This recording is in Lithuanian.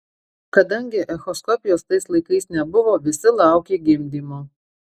kadangi echoskopijos tais laikais nebuvo visi laukė gimdymo